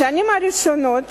בשנים הראשונות,